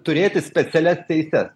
turėti specialias teises